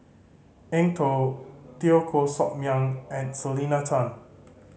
Eng Tow Teo Koh Sock Miang and Selena Tan